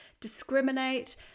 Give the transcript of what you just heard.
discriminate